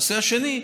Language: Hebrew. בנושא השני,